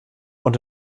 und